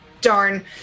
darn